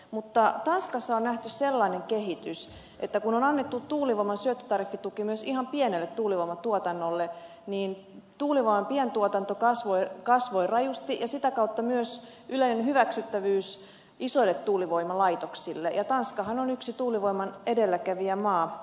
mutta tanskassa on nähty sellainen kehitys että kun annettiin tuulivoiman syöttötariffituki myös ihan pienelle tuulivoimatuotannolle niin tuulivoiman pientuotanto kasvoi rajusti ja sitä kautta myös yleinen hyväksyttävyys isoille tuulivoimalaitoksille ja tanskahan on yksi tuulivoiman edelläkävijämaa